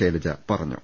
ശൈലജ പറഞ്ഞു